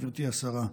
גברתי השרה,